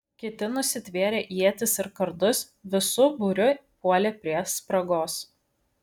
kiti nusitvėrę ietis ir kardus visu būriu puolė prie spragos